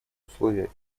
условия